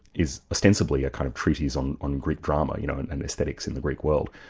is ostensibly a kind of treatise on on greek drama, you know and anaesthetics in the greek world,